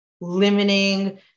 limiting